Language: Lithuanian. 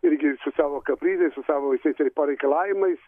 irgi su savo kaprizais su savo visais tais pareikalavimais